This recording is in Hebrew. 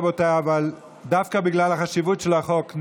אבל דווקא בגלל החשיבות של החוק,